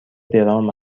درام